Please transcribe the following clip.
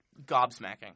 gobsmacking